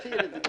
תשאיר.